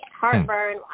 heartburn